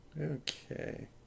Okay